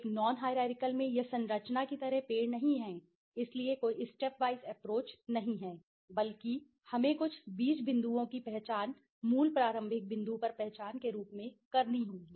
एक non hierarchical में यह संरचना की तरह पेड़ नहीं है इसलिए कोई स्टेप वाइज एप्रोच नहीं है बल्कि हमें कुछ बीज बिंदुओं की पहचान मूल प्रारंभिक बिंदु पर पहचान के रूप में करनी होगी